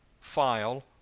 file